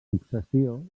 successió